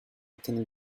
can